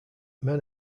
men